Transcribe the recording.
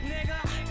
nigga